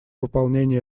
выполнение